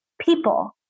people